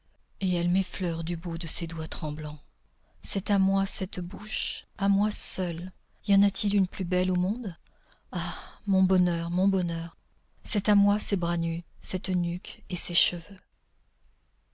et elle m'effleure du bout de ses doigts tremblants c'est à moi cette bouche à moi seule y en a-t-il une plus belle au monde ah mon bonheur mon bonheur c'est à moi ces bras nus cette nuque et ces cheveux